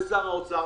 לשר האוצר,